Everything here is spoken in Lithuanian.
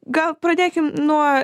gal pradėkim nuo